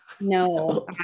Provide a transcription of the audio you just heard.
no